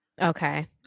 okay